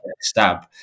stab